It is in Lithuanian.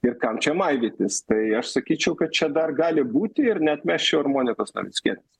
ir kam čia maivytis tai aš sakyčiau kad čia dar gali būti ir neatmesčiau ir monikos navickienės